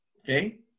Okay